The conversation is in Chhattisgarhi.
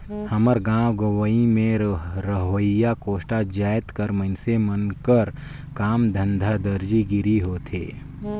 हमर गाँव गंवई में रहोइया कोस्टा जाएत कर मइनसे मन कर काम धंधा दरजी गिरी होथे